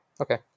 Okay